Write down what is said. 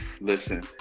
Listen